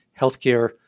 healthcare